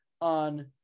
on